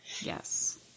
Yes